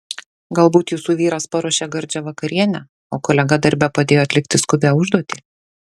galbūt jūsų vyras paruošė gardžią vakarienę o kolega darbe padėjo atlikti skubią užduotį